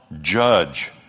judge